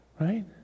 Right